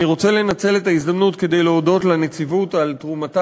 אני רוצה לנצל את ההזדמנות כדי להודות לנציבות על תרומתה